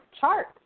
chart